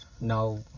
now